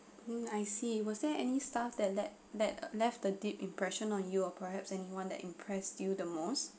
mm I see was there any staff that let that left a deep impression on you or perhaps anyone that impress you the most